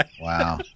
wow